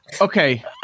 okay